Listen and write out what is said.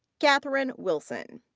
katherine wilson.